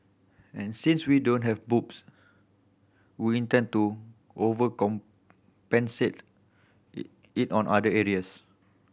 and since we don't have boobs we intend to overcompensate in other areas